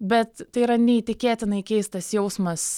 bet tai yra neįtikėtinai keistas jausmas